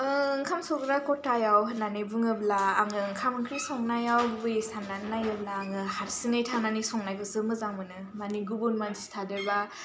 ओंखाम संग्रा खथायाव होननानै बुङोब्ला आङो ओंखाम ओंख्रि संनायाव गुबैयै साननानै नायोब्ला आङो हारसिंयै थानानै संनायखौसो मोजां मोनो मानि गुबुन मानसि थादेरब्ला